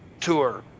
tour